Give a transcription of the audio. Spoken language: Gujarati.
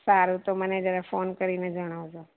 સારું તો મને જરાક ફોન કરીને જણાવજો